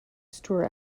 store